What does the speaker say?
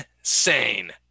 Insane